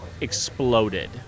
exploded